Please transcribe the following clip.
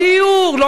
לא מחירים,